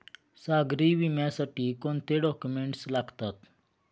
सागरी विम्यासाठी कोणते डॉक्युमेंट्स लागतात?